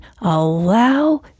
allow